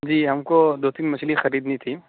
جی ہم کو دو تین مچھلی خریدنی تھی